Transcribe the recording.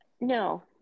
No